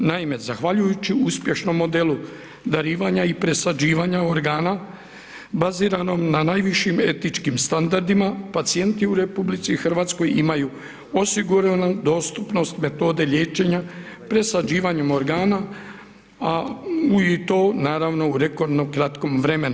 Naime, zahvaljujući uspješnom modelu darivanja i presađivanja organa, baziranog na najvišim etičkim standardima, pacijenti u RH imaju osiguranu dostupnost metode liječenja presađivanjem organa i to, naravno, u rekordno kratkom vremenu.